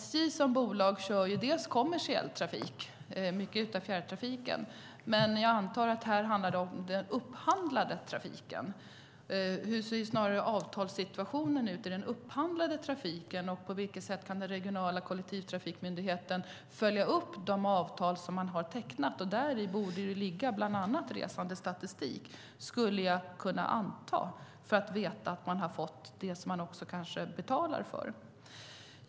SJ som bolag kör kommersiell trafik och mycket av fjärrtrafiken, men jag antar att det här handlar om den upphandlade trafiken. Hur ser avtalssituationen ut i den upphandlade trafiken? På vilket sätt kan den regionala kollektivtrafikmyndigheten följa upp de avtal som man har tecknat? Däri borde det ligga bland annat resandestatistik, skulle jag kunna anta, för att man ska veta att man fått det som man betalar för.